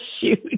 shoot